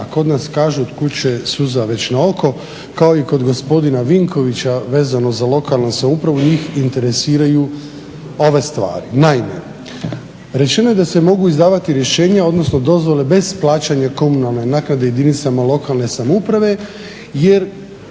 kod nas kažu kud će suza već na oko, kao i kod gospodina Vinkovića vezano za lokalnu samoupravu njih interesiraju ove stvari. Naime, rečeno je da se mogu izdavati rješenja, odnosno dozvole bez plaćanja komunalne naknade jedinicama lokalne samouprave jer